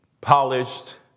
polished